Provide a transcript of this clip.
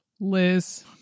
Liz